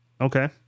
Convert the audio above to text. okay